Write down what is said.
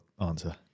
answer